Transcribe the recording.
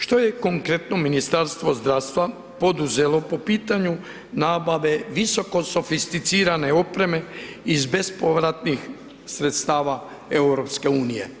Što je konkretno Ministarstvo zdravstva poduzelo po pitanju nabave visoko sofisticirane opreme iz bespovratnih sredstava EU?